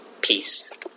Peace